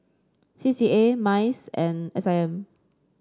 C C A MICE and S I M